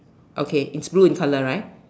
okay it's blue in colour right